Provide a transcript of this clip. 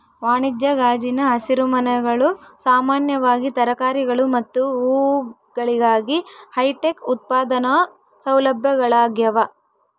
ವಾಣಿಜ್ಯ ಗಾಜಿನ ಹಸಿರುಮನೆಗಳು ಸಾಮಾನ್ಯವಾಗಿ ತರಕಾರಿಗಳು ಮತ್ತು ಹೂವುಗಳಿಗಾಗಿ ಹೈಟೆಕ್ ಉತ್ಪಾದನಾ ಸೌಲಭ್ಯಗಳಾಗ್ಯವ